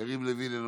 יריב לוין,